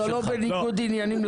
איזה לארג'ים.